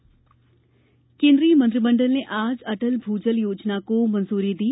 मंत्रिमंडल केन्द्रीय मंत्रिमंडल ने आज अटल भू जल योजना को मंजूरी दी